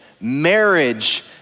marriage